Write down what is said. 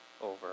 over